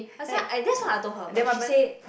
I that's what I told her but she say